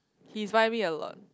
he inspire me a lot